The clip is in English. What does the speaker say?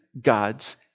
God's